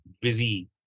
busy